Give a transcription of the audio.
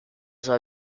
sua